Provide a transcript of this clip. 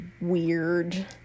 weird